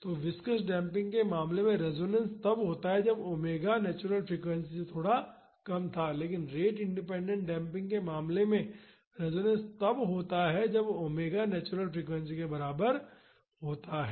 तो viscous damping के मामले में रेसोनेंस तब होता था जब ओमेगा नेचुरल फ्रीक्वेंसी से थोड़ा कम था लेकिन रेट इंडिपेंडेंट डेम्पिंग के मामले में रेसोनेंस तब होता है जब ओमेगा नेचुरल फ्रीक्वेंसी के बराबर होता है